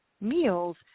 meals